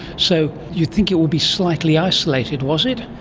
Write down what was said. so you'd think it would be slightly isolated. was it?